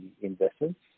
investments